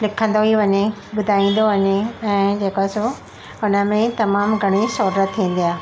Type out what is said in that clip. लिखंदो ई वञे ॿुधाईंदो वञे ऐं जेका सो हुन में तमामु घणी सहूलियत थींदी आहे